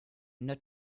not